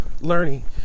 learning